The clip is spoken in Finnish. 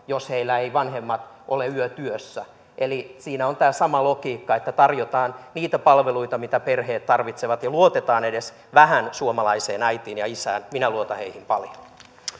jos heillä eivät vanhemmat ole yötyössä eli siinä on tämä sama logiikka että tarjotaan niitä palveluita mitä perheet tarvitsevat ja luotetaan edes vähän suomalaiseen äitiin ja isään minä luotan heihin paljon